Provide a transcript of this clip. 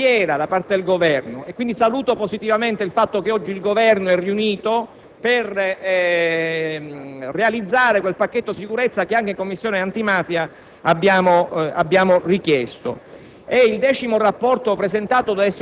necessiti di un'attenzione giornaliera da parte del Governo e, quindi, saluto positivamente il fatto che oggi il Governo è riunito per varare il pacchetto sicurezza che anche in Commissione antimafia abbiamo sollecitato.